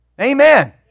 Amen